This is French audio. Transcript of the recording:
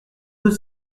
deux